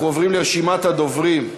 אנחנו עוברים לרשימת הדוברים: